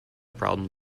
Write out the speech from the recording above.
problem